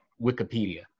Wikipedia